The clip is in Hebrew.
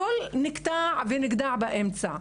הכול נקטע ונגדע באמצע.